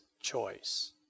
choice